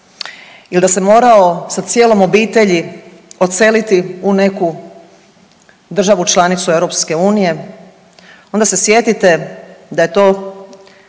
il da se morao sa cijelom obitelji odseliti u neku državu članicu EU onda se sjetite da je to